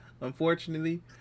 unfortunately